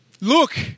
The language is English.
look